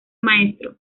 maestro